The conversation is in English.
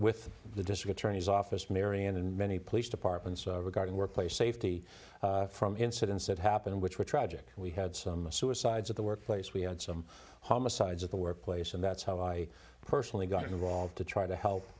with the district attorney's office marion and many police departments regarding workplace safety from incidents that happened which were tragic we had some suicides at the workplace we had some homicides at the workplace and that's how i personally got involved to try to help